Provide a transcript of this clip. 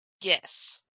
Yes